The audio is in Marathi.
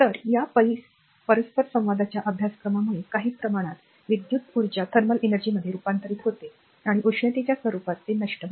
तर या परस्परसंवादाच्या अभ्यासक्रमामुळे काही प्रमाणात विद्युत ऊर्जा थर्मल एनर्जी मध्ये रूपांतरित होते आणि उष्णतेच्या स्वरूपात ते नष्ट होते